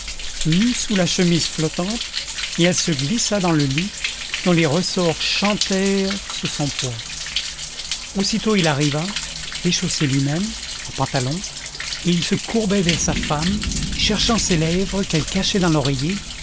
nue sous la chemise flottante et elle se glissa dans le lit dont les ressorts chantèrent sous son poids aussitôt il arriva déchaussé lui-même en pantalon et il se courbait vers sa femme cherchant ses lèvres qu'elle cachait dans l'oreiller